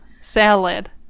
salad